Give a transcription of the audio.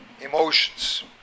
emotions